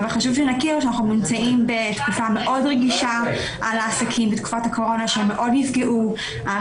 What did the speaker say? אנחנו נמצאים בתקופה מאוד רגישה של העסקים שמאוד נפגעו בתקופת הקורונה.